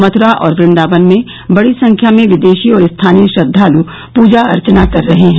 मथुरा और वृदावन में बड़ी संख्या में विदेशी और स्थानीय श्रद्धालु पूजा अर्चना कर रहे हैं